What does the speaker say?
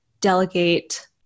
delegate